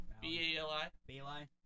B-A-L-I